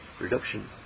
reduction